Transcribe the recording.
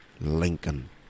lincoln